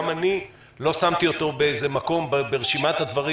לא שמתי אותו באיזה מקום ברשימת הדברים